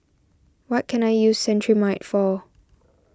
what can I use Cetrimide for